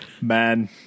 man